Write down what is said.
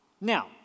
Now